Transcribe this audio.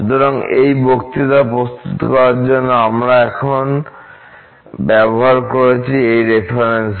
সুতরাং এই বক্তৃতা প্রস্তুত করার জন্য আমরা এখন ব্যবহার করেছি এই রেফারেন্স